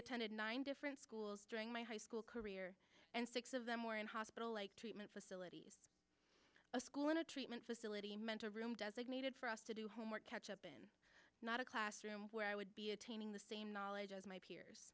attended nine different schools during my high school career and six of them were in hospital like treatment facility a school in a treatment facility meant a room designated for us to do homework catch up in not a classroom where i would be a team in the same knowledge as my peers